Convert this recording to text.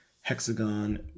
hexagon